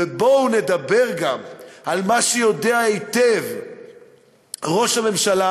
בואו נדבר גם על מה שיודע היטב ראש הממשלה,